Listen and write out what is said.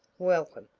welcome,